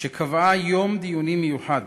שקבעה יום דיונים מיוחד.